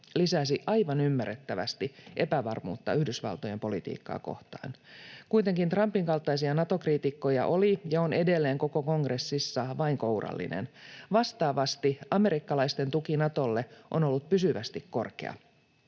lisäsi aivan ymmärrettävästi epävarmuutta Yhdysvaltojen politiikkaa kohtaan. Kuitenkin Trumpin kaltaisia Nato-kriitikkoja oli ja on edelleen koko kongressissa vain kourallinen. Vastaavasti amerikkalaisten tuki Natolle on ollut pysyvästi korkea.